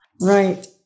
Right